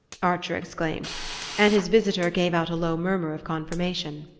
archer exclaimed and his visitor gave out a low murmur of confirmation.